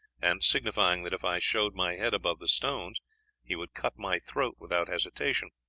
and signifying that if i showed my head above the stones he would cut my throat without hesitation.